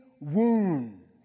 wound